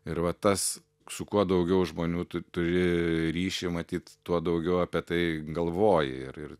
ir va tas su kuo daugiau žmonių tu turi ryšį matyt tuo daugiau apie tai galvoji ir ir